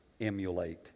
emulate